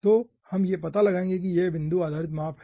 तो हम यह पता लगाएंगे कि यह बिंदु आधारित माप है